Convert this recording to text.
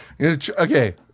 Okay